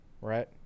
right